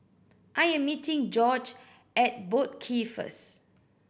I am meeting Gorge at Boat Quay first